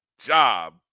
job